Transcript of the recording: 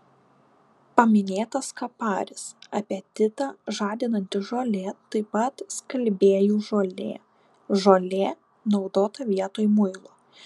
paminėtas kaparis apetitą žadinanti žolė taip pat skalbėjų žolė žolė naudota vietoj muilo